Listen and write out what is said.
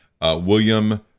William